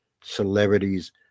celebrities